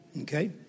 Okay